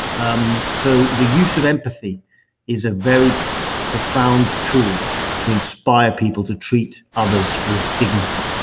um so the use of empathy is a very profound tool to inspire people to treat others with dignity